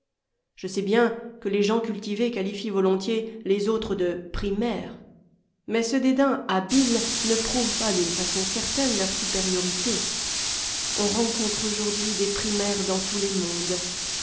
je sais bien que les gens cultivés qualifient volontiers les autres de primaires mais ce dédain habile ne prouve pas d'une façon certaine leur supériorité on rencontre aujourd'hui des primaires dans tous les mondes